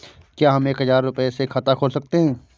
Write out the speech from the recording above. क्या हम एक हजार रुपये से खाता खोल सकते हैं?